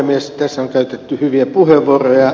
tässä on käytetty hyviä puheenvuoroja